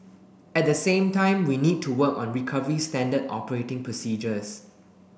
at the same time we need to work on recovery standard operating procedures